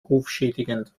rufschädigend